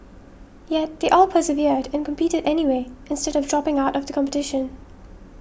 yet they all persevered and competed anyway instead of dropping out of the competition